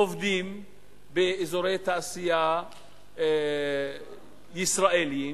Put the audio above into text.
עובדים באזורי תעשייה ישראליים,